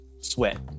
sweat